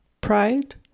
pride